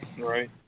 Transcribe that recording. Right